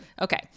okay